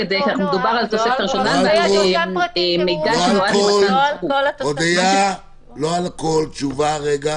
זה לא על כל התוספת הראשונה.